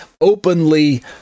openly